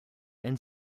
and